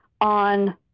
on